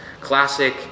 classic